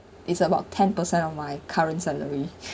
it's about ten percent of my current salary